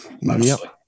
Mostly